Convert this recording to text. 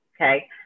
Okay